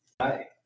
Hi